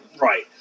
Right